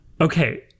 Okay